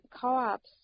Co-ops